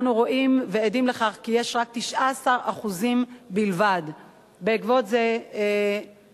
אנו רואים ועדים לכך שיש רק 19%. בעקבות זה הממשלה,